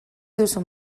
duzu